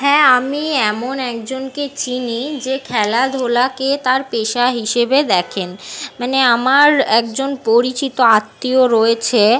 হ্যাঁ আমি এমন একজনকে চিনি যে খেলাধুলাকে তার পেশা হিসেবে দেখেন মানে আমার একজন পরিচিত আত্মীয় রয়েছে